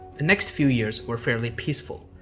the next few years were fairly peaceful.